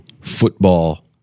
football